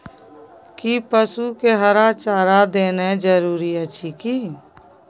कि पसु के हरा चारा देनाय जरूरी अछि की?